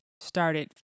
started